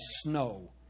snow